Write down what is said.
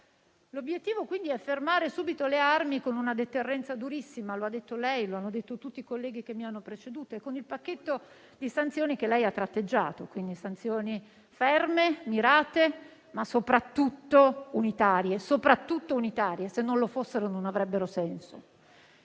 L'obiettivo è dunque fermare subito le armi con una deterrenza durissima - come ha detto lei e come hanno detto tutti i colleghi che mi hanno preceduto - con il pacchetto di sanzioni che lei ha tratteggiato - quindi sanzioni ferme, mirate, ma soprattutto unitarie perché, se così non fossero, non avrebbero senso